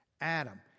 Adam